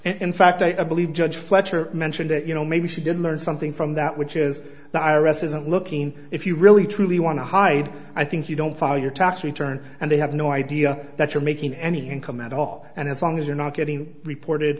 in fact i believe judge fletcher mentioned that you know maybe she did learn something from that which is the i r s isn't looking if you really truly want to hide i think you don't file your tax return and they have no idea that you're making any income at all and as long as you're not getting reported